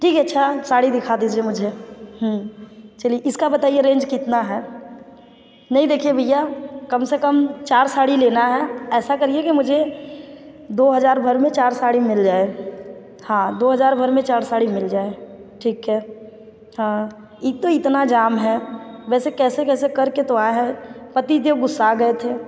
ठीक है अच्छा साड़ी दिखा दीजिए मुझे चलिए इसका बताइए रेंज कितना है नहीं देखिए भैया कम से कम चार साड़ी लेना है ऐसा करिए कि मुझे दो हज़ार भर में चार साड़ी मिल जाए हाँ दो हज़ार भर में चार साड़ी मिल जाए ठीक है हाँ एक तो इतना जाम है वैसे कैसे कैसे कर के तो आए हैं पति देव ग़ुस्सा गए थे